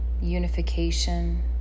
unification